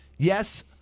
Yes